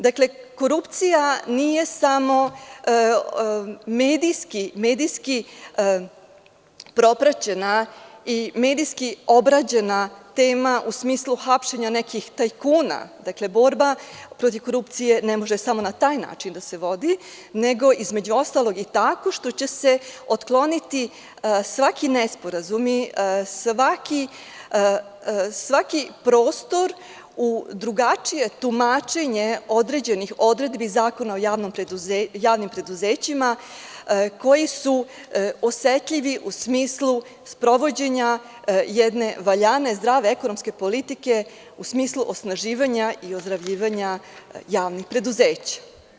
Dakle, korupcija nije samo medijski propraćena i medijski obrađena tema u smislu hapšenja nekih tajkuna, dakle borba protiv korupcije ne može samo na taj način da se vodi, nego, između ostalog, i tako što će se otkloniti svi nesporazumi, svaki prostor u drugačije tumačenje određenih odredbi Zakona o javnim preduzećima, koji su osetljivi u smislu sprovođenja jedne valjane, zdrave ekonomske politike u smislu osnaživanja i ozdravljivanja javnih preduzeća.